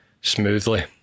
smoothly